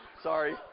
Sorry